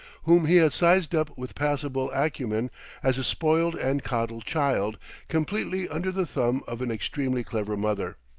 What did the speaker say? whom he had sized up with passable acumen as a spoiled and coddled child completely under the thumb of an extremely clever mother.